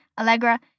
Allegra